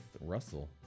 Russell